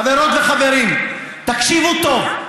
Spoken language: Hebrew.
חברות וחברים, תקשיבו טוב,